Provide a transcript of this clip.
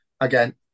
again